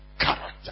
character